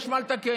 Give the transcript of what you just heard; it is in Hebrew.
יש מה לתקן.